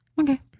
Okay